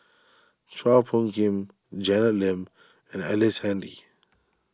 Chua Phung Kim Janet Lim and Ellice Handy